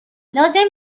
لازم